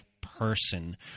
person